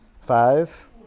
Five